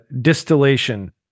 distillation